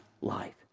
life